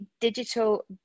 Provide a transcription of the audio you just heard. digital